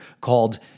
called